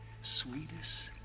sweetest